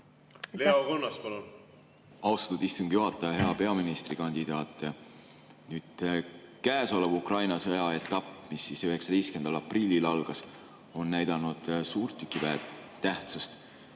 Leo Kunnas, palun! Austatud istungi juhataja! Hea peaministrikandidaat! Nüüd, käesolev Ukraina sõja etapp, mis 19. aprillil algas, on näidanud suurtükiväe tähtsust.